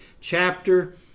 chapter